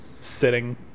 sitting